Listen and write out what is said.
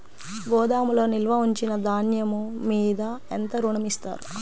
గోదాములో నిల్వ ఉంచిన ధాన్యము మీద ఎంత ఋణం ఇస్తారు?